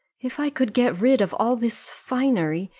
if i could get rid of all this finery,